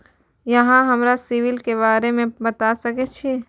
अहाँ हमरा सिबिल के बारे में बता सके छी?